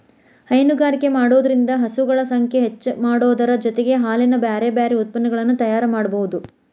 ಹೈನುಗಾರಿಕೆ ಮಾಡೋದ್ರಿಂದ ಹಸುಗಳ ಸಂಖ್ಯೆ ಹೆಚ್ಚಾಮಾಡೋದರ ಜೊತೆಗೆ ಹಾಲಿನ ಬ್ಯಾರಬ್ಯಾರೇ ಉತ್ಪನಗಳನ್ನ ತಯಾರ್ ಮಾಡ್ಬಹುದು